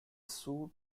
suite